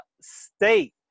State